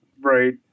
Right